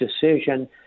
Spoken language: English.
decision